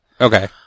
Okay